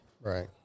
Right